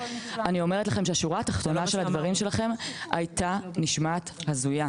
השורה התחתונה של הדברים שלכם היתה נשמעת הזויה.